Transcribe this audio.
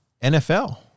nfl